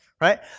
right